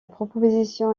proposition